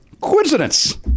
coincidence